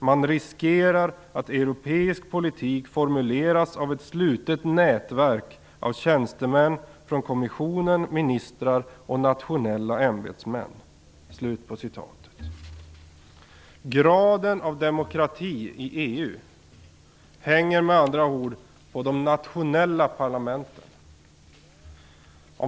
Man riskerar att europeisk politik formuleras av ett slutet nätverk av tjänstemän från kommissionen, ministrar och nationella ämbetsmän. Graden av demokrati i EU hänger med andra ord på de nationella parlamenten.